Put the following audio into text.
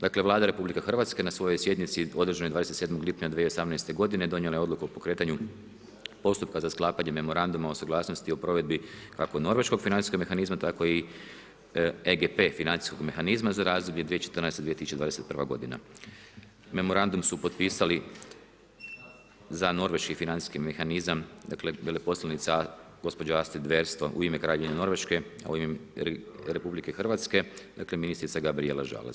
Dakle, Vlada RH na svojoj sjednici održanoj 27. lipnja 2018. g. donijela je odluku o pokretanju postupka za sklapanje memoranduma o suglasnosti o provedbi kako norveškog financijskog mehanizma tako i EGP financijskog mehanizma za razdoblje 2014. do 2021. g. Memorandum su potpisali za norveški financijski mehanizam dakle veleposlanica gospođa Astrid Versto u ime Kraljevine Norveške a u ime RH ministrica Gabrijela Žalac.